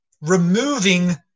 removing